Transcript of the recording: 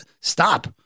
stop